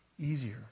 easier